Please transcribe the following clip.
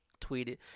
tweeted